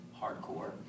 hardcore